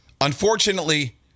unfortunately